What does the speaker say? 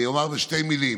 אני אומר בשתי מילים: